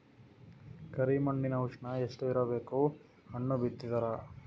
ಕರಿ ಮಣ್ಣಿನ ಉಷ್ಣ ಎಷ್ಟ ಇರಬೇಕು ಹಣ್ಣು ಬಿತ್ತಿದರ?